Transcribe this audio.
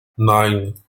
nine